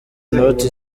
noti